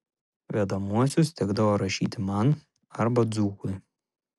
vedamuosius tekdavo rašyti man arba dzūkui